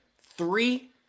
Three